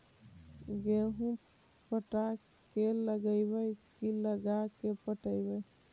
गेहूं पटा के लगइबै की लगा के पटइबै?